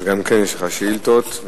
גם יש לך תקשורת.